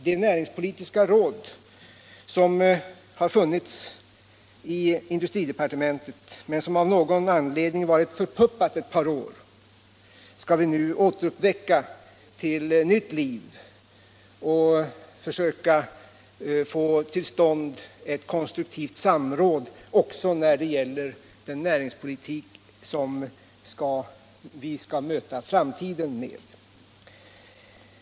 Det näringspolitiska råd som har funnits i industridepartementet men som av någon anledning varit förpuppat ett par år skall vi nu återuppväcka till nytt liv, och vi skall försöka få till stånd ett konstruktivt samråd också när det gäller den näringspolitik som vi skall möta framtiden med.